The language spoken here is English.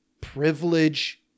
privilege